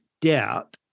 doubt